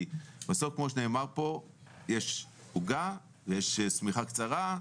כי בסוף, כמו שנאמר פה, יש עוגה ויש שמיכה קצרה,